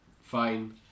Fine